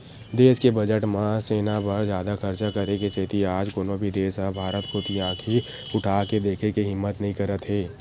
देस के बजट म सेना बर जादा खरचा करे के सेती आज कोनो भी देस ह भारत कोती आंखी उठाके देखे के हिम्मत नइ करत हे